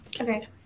okay